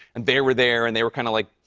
and they were there, and they were kind of, like,